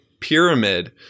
pyramid